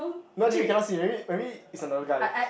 no actually you cannot see maybe maybe is another guy